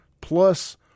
plus